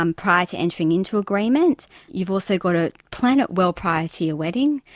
um prior to entering into agreement you've also got to plan it well prior to your wedding.